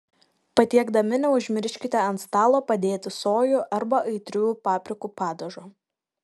patiekdami neužmirškite ant stalo padėti sojų arba aitriųjų paprikų padažo